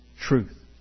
truth